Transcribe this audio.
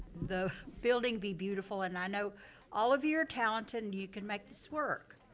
the building be beautiful, and i know all of you are talented and you can make this work.